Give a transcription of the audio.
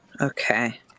Okay